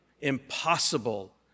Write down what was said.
impossible